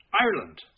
Ireland